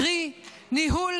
קרי, ניהול